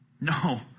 No